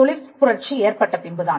தொழிற்புரட்சி ஏற்பட்ட பின்புதான்